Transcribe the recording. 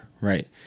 right